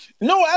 No